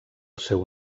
seu